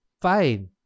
fine